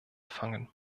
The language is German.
fangen